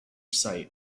sight